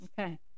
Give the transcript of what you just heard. Okay